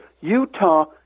Utah